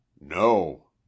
No